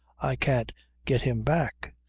i can't get him back.